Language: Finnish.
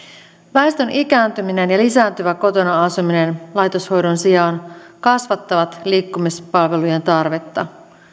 väestön ikääntyminen ja lisääntyvä kotona asuminen laitoshoidon sijaan kasvattavat liikkumispalvelujen tarvetta